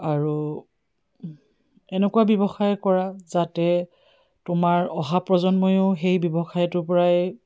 আৰু এনেকুৱা ব্যৱসায় কৰা যাতে তোমাৰ অহা প্ৰজন্ময়ো সেই ব্যৱসায়টোৰপৰাই